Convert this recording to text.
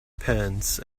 pants